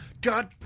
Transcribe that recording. God